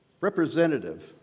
representative